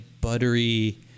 buttery